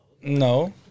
No